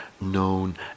known